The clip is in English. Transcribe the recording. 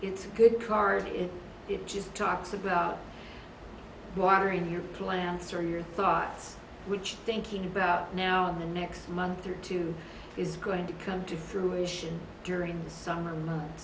it's a good card is it just talks about watering your plants or your thoughts which thinking about now the next month or two is going to come to fruition during the summer months